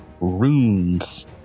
runes